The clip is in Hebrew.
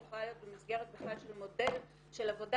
היא יכולה להיות במסגרת בכלל של מודל של עבודה